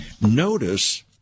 Notice